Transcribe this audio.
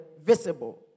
visible